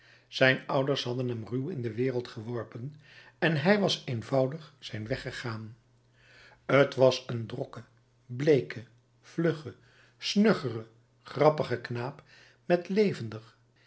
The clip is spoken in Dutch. zijn ouders hadden hem ruw in de wereld geworpen en hij was eenvoudig zijn weg gegaan t was een drokke bleeke vlugge snuggere grappige knaap met levendig